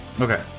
Okay